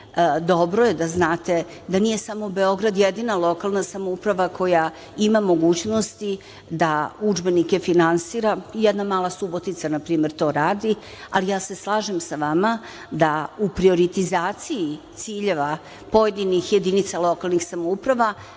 dobro je da znate da nije samo Beograd jedina lokalna samouprava koja ima mogućnosti da udžbenike finansira, jedna mala Subotica, na primer, to radi, ali ja se slažem sa vama da u prioritizaciji ciljeva pojedinih jedinica lokalnih samouprava